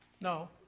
No